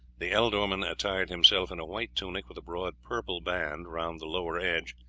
the ealdorman attired himself in a white tunic with a broad purple band round the lower edge,